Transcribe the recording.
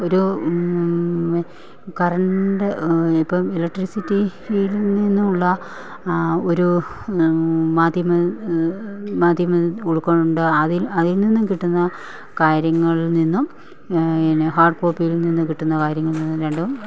ഒരു കറണ്ട് ഇപ്പം ഇലക്ട്രിസിറ്റി ഫീൽഡിൽ നിന്നുള്ള ഒരു മാധ്യമം മാധ്യമം ഉൾക്കൊണ്ട് അതിൽ അതിൽ നിന്ന് കിട്ടുന്ന കാര്യങ്ങളിൽ നിന്നും അതിന് ഹാർഡ് കോപ്പിയിൽ നിന്ന് കിട്ടുന്ന കാര്യങ്ങളിൽ നിന്നും രണ്ടും